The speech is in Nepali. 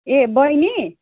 ए बैनी